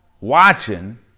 watching